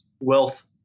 wealth